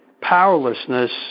powerlessness